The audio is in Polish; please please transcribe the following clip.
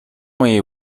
mojej